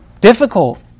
difficult